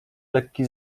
lekki